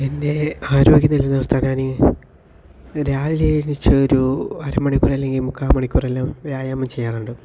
എൻ്റെ ആരോഗ്യം നിലനിർത്താൻ ഞാന് രാവിലെ എണീച്ച് ഒരു അര മണിക്കൂറ് അല്ലെങ്കി മുക്കാൽ മണിക്കൂറെല്ലാം വ്യായാമം ചെയ്യാറുണ്ട്